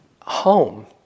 home